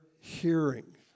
hearing